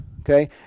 Okay